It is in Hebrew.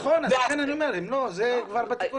נכון, לכן אני אומר, זה כבר בתיקון הזה.